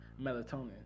melatonin